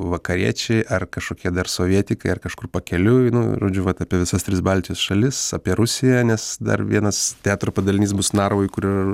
vakariečiai ar kažkokie dar sovietikai ar kažkur pakeliui nu žodžiu vat apie visas tris baltijos šalis apie rusiją nes dar vienas teatro padalinys bus narvoj kur ir